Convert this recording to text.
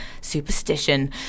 Superstition